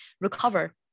recover